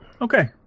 Okay